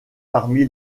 parmi